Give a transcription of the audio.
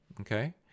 okay